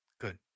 Good